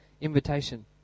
invitation